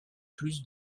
plus